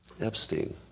Epstein